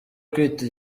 kwita